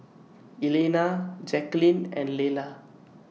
Elaina Jacquelyn and Lella